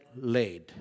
laid